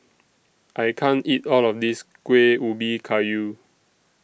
I can't eat All of This Kueh Ubi Kayu